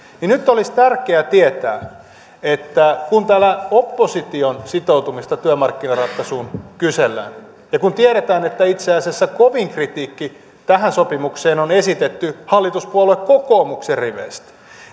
ja nyt olisi tärkeää tietää että kun täällä opposition sitoutumista työmarkkinaratkaisuun kysellään ja kun tiedetään että itse asiassa kovin kritiikki tätä sopimusta kohtaan on esitetty hallituspuolue kokoomuksen riveistä